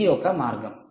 ఇది ఒక మార్గం